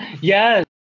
Yes